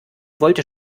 wollte